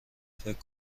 فکر